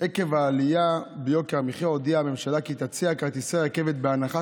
עקב העלייה ביוקר המחיה הודיעה הממשלה כי תציע כרטיסי רכבת בהנחה